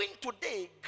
today